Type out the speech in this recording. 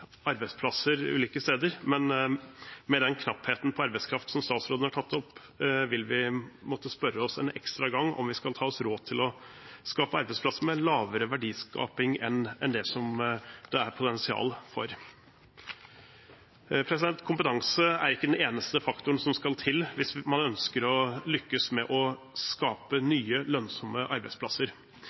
arbeidsplasser ulike steder, men med den knappheten på arbeidskraft, som statsråden har tatt opp, vil vi måtte spørre oss en ekstra gang om vi skal ta oss råd til å skape arbeidsplasser med lavere verdiskaping enn det som det er potensial for. Kompetanse er ikke den eneste faktoren som skal til hvis man ønsker å lykkes med å skape nye, lønnsomme arbeidsplasser.